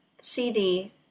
CD